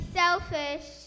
selfish